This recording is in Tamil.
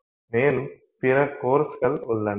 மேலும் பிற கோர்ஸ்கள் உள்ளன